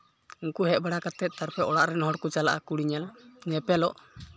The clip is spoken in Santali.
ᱩᱱᱠᱩ ᱦᱮᱡ ᱵᱟᱲᱟ ᱠᱟᱛᱮᱫ ᱛᱟᱨᱯᱚᱨ ᱚᱲᱟᱜ ᱨᱮᱱ ᱦᱚᱲ ᱠᱚ ᱪᱟᱞᱟᱜᱼᱟ ᱠᱩᱲᱤ ᱧᱮᱞ ᱧᱮᱯᱮᱞᱚᱜ